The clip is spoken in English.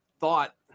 thought